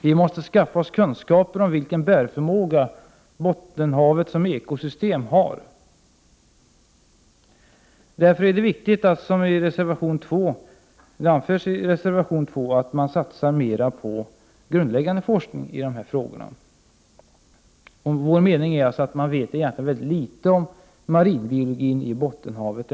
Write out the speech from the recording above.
Vi måste skaffa oss kunskaper om vilken bärförmåga Bottenhavet som EKO-system har. Därför är det viktigt, som anförs i reservation 2, att man när det gäller de här frågorna satsar på mera grundläggande forskning. Vår mening är att man ännu så länge egentligen inte vet så mycket om marinbiologin i Bottenhavet.